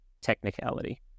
technicality